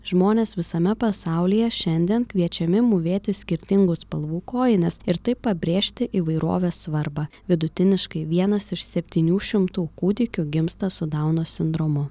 žmonės visame pasaulyje šiandien kviečiami mūvėti skirtingų spalvų kojines ir taip pabrėžti įvairovės svarbą vidutiniškai vienas iš septynių šimtų kūdikių gimsta su dauno sindromu